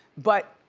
but,